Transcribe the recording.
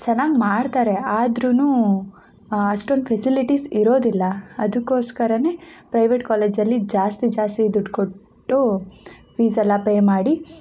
ಚೆನ್ನಾಗ್ ಮಾಡ್ತಾರೆ ಆದ್ರೂ ಅಷ್ಟೊಂದು ಫೆಸಿಲಿಟೀಸ್ ಇರೋದಿಲ್ಲ ಅದಕೋಸ್ಕರ ಪ್ರೈವೇಟ್ ಕಾಲೇಜಲ್ಲಿ ಜಾಸ್ತಿ ಜಾಸ್ತಿ ದುಡ್ಡು ಕೊಟ್ಟು ಫೀಸೆಲ್ಲ ಪೇ ಮಾಡಿ